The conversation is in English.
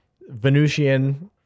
Venusian